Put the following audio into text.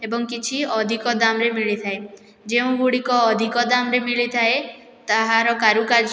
ଏବଂ କିଛି ଅଧିକ ଦାମ୍ରେ ମିଳିଥାଏ ଯେଉଁ ଗୁଡ଼ିକ ଅଧିକ ଦାମ୍ରେ ମିଳିଥାଏ ତାହାର କାରୁକାର୍ଯ୍ୟ